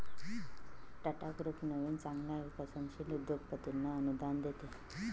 Tata group नवीन चांगल्या विकसनशील उद्योगपतींना अनुदान देते